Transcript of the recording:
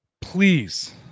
Please